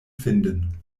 finden